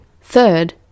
Third